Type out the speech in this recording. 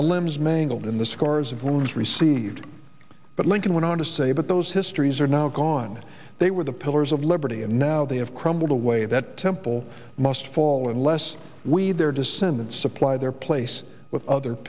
the limbs mangled in the scars of wounds received but lincoln went on to say but those histories are now gone they were the pillars of liberty and now they have crumbled away that temple must fall unless we their descendants supply their place with other